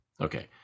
okay